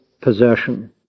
possession